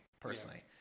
personally